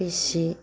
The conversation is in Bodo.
बेसे